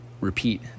repeat